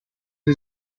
sie